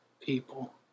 people